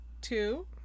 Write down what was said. two